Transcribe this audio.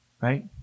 Right